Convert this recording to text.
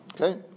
Okay